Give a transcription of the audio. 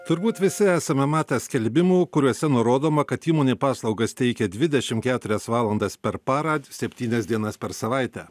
turbūt visi esame matę skelbimų kuriuose nurodoma kad įmonė paslaugas teikia dvidešim keturias valandas per parą septynias dienas per savaitę